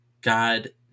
God